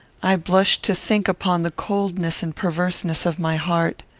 i blush to think upon the coldness and perverseness of my heart.